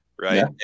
right